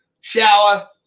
shower